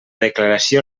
declaració